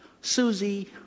Susie